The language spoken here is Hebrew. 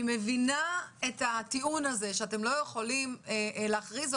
אני מבינה את הטיעון הזה שאתם לא יכולים להכריז,